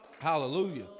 Hallelujah